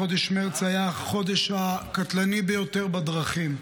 חודש מרץ היה החודש הקטלני ביותר בדרכים.